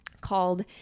called